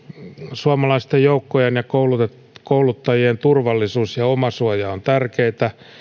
suomalaisten joukkojen ja kouluttajien turvallisuus ja omasuoja ovat tärkeitä